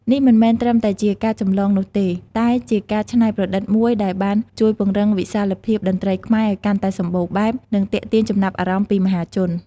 នេះមិនមែនត្រឹមតែជាការចម្លងនោះទេ តែជាការច្នៃប្រឌិតមួយដែលបានជួយពង្រីកវិសាលភាពតន្ត្រីខ្មែរឲ្យកាន់តែសម្បូរបែប និងទាក់ទាញចំណាប់អារម្មណ៍ពីមហាជន។